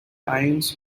ions